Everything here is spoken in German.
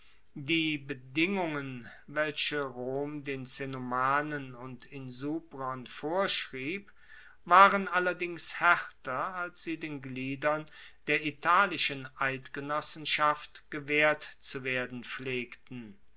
die bedingungen welche rom den cenomanen und insubrern vorschrieb waren allerdings haerter als sie den gliedern der italischen eidgenossenschaft gewaehrt zu werden pflegten